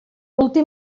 últim